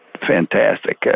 fantastic